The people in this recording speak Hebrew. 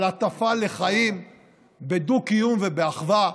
על הטפה לחיים בדו-קיום ובאחווה?